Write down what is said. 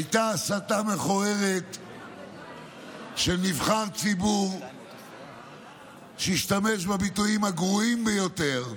הייתה הסתה מכוערת של נבחר ציבור שהשתמש בביטויים הגרועים ביותר,